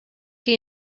chi